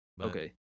Okay